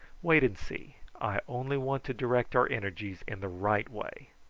wait and see. i only want to direct our energies in the right way.